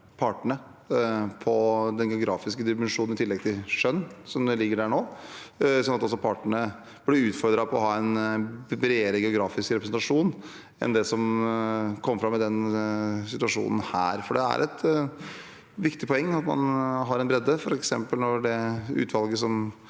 partene på den geografiske dimensjonen i tillegg til kjønn, som ligger i det nå, sånn at partene også blir utfordret på å ha en bredere geografisk representasjon enn det som kom fram i denne situasjonen. Det er et viktig poeng at man har en bredde. For eksempel er det i utvalget som